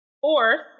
Fourth